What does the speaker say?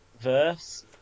verse